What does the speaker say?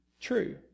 true